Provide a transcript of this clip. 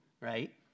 right